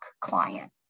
client